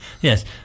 Yes